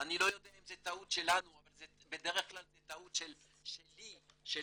אני לא יודע אם זה טעות שלנו אבל זה בדרך כלל טעות שלנו כישראלים,